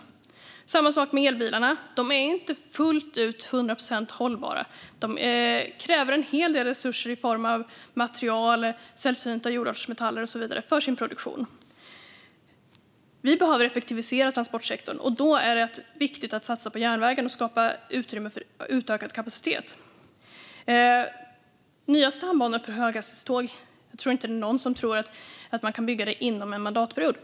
Det är samma sak med elbilarna. De är inte fullt ut 100 procent hållbara. De kräver en hel del resurser i form av material, sällsynta jordartsmetaller och så vidare för sin produktion. Vi behöver effektivisera transportsektorn. Då är det rätt viktigt att satsa på järnvägen och skapa utrymme för utökad kapacitet. Jag tror inte att det är någon som tror att man kan bygga nya stambanor för höghastighetståg inom en mandatperiod.